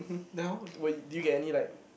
now what do you get any like